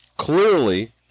clearly